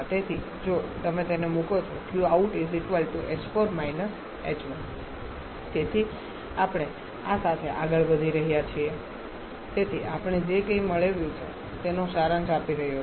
તેથી જો તમે તેને મુકો છો તેથી આપણે આ સાથે આગળ વધી રહ્યા છીએ તેથી આપણે જે કંઈ મેળવ્યું છે તેનો સારાંશ આપી રહ્યો છું